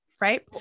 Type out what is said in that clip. Right